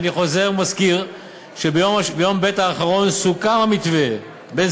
אני חוזר ומזכיר שביום ב' האחרון סוכם המתווה בין